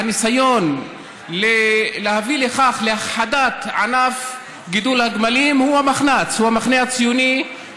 הניסיון להביא להכחדת ענף גידול הגמלים הוא המחנה הציוני,